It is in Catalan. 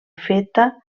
feta